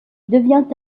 devient